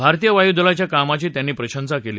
भारतीय वायुदलाच्या कामाची त्यांनी प्रशंसा केली